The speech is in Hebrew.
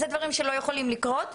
אלה דברים שלא יכולים לקרות.